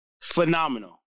phenomenal